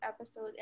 episode